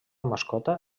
mascota